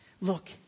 Look